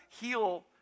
heal